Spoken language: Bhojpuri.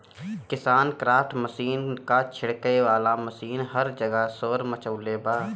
किसानक्राफ्ट मशीन क छिड़के वाला मशीन हर जगह शोर मचवले बा